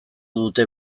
dute